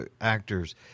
actors